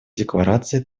декларации